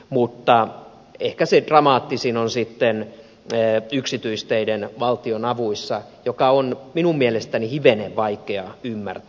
mutta ehkä se dramaattisin muutos on sitten yksityisteiden valtionavuissa mitä on minun mielestäni hivenen vaikea ymmärtää